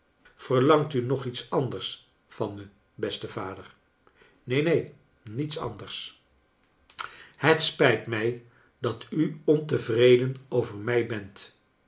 verlangt u nog iets anders van mijj beste vader neen neen niets anders het sprj t mij dat u onte vreden over mij bent